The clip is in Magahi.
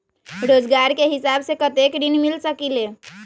रोजगार के हिसाब से कतेक ऋण मिल सकेलि?